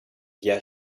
via